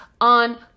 on